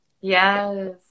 Yes